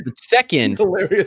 second